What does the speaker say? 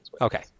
Okay